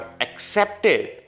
accepted